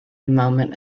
moment